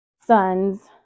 sons